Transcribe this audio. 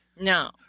No